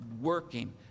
working